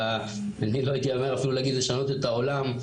אני לא הייתי אומר, אפילו להגיד לשנות את העולם.